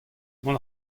mont